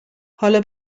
حالا